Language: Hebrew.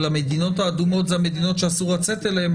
אבל המדינות האדומות אלה המדינות שאסור לצאת אליהן,